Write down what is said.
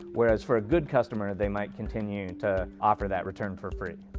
whereas for a good customer they might continue to offer that return for free.